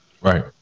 Right